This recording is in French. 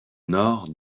nord